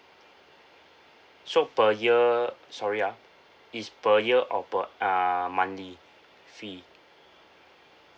so per year sorry ah it's per year or per uh monthly fee